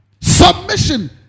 Submission